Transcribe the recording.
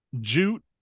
jute